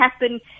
happen